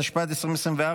התשפ"ד 2024,